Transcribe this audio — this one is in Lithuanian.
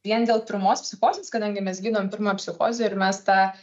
vien dėl pirmos psichozės kadangi mes gydom pirmą psichozę ir mes tą